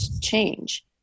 change